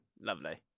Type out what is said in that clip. Lovely